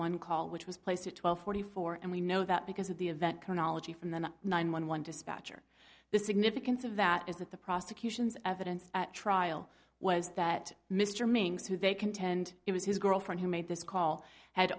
one call which was placed at twelve forty four and we know that because of the event chronology from the nine one one dispatcher the significance of that is that the prosecution's evidence at trial was that mr mings who they contend it was his girlfriend who made this call had